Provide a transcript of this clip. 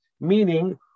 meaning